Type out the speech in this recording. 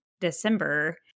December